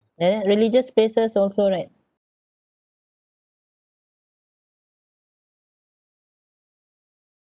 the religious places also right